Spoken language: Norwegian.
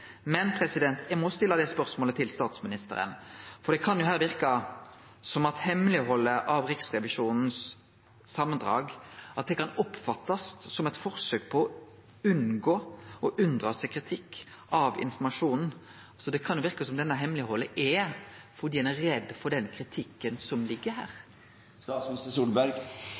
Men eg må stille dette spørsmålet til statsministeren når det gjeld hemmeleghaldet av Riksrevisjonens samandrag, for det kan jo oppfattast som eit forsøk på å unngå og unndra seg kritikk av informasjonen. Det kan verke som dette hemmeleghaldet er fordi ein er redd for den kritikken som ligg her?